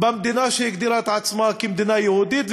במדינה שהגדירה את עצמה כמדינה יהודית,